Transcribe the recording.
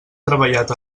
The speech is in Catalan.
treballat